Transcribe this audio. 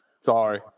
Sorry